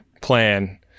plan